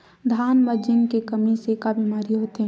धान म जिंक के कमी से का बीमारी होथे?